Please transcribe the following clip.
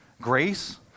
grace